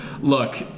Look